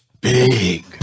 big